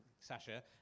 Sasha